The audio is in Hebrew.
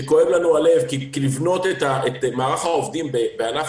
שכואב לנו הלב כי לבנות את מערך העובדים בענף